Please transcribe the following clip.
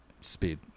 Speed